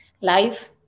life